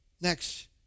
Next